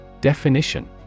Definition